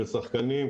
של שחקנים,